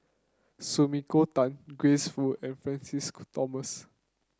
Sumiko Tan Grace Fu and Francis Thomas